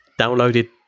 downloaded